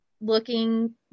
looking